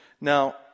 Now